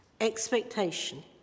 expectation